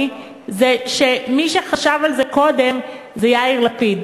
זה שמי שחשב על זה קודם זה יאיר לפיד.